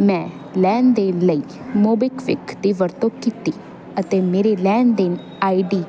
ਮੈਂ ਲੈਣ ਦੇਣ ਲਈ ਮੋਬੀਕਵਿਕ ਦੀ ਵਰਤੋਂ ਕੀਤੀ ਅਤੇ ਮੇਰੀ ਲੈਣ ਦੇਣ ਆਈਡੀ